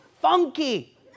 funky